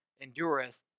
endureth